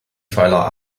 pfeiler